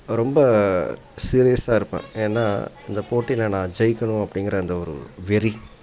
ரொம்ப சீரியஸாக இருப்பேன் ஏன்னா இந்தப் போட்டியில் நான் ஜெயிக்கணும் அப்படிங்கிற அந்த ஒரு வெறி